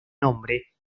nombre